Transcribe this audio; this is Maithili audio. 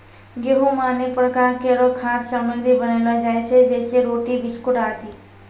गेंहू सें अनेक प्रकार केरो खाद्य सामग्री बनैलो जाय छै जैसें रोटी, बिस्कुट आदि